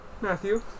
Matthew